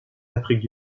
afrique